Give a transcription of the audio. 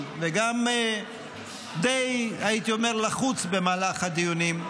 וגם די הייתי אומר לחוץ במהלך הדיונים,